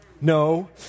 No